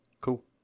Cool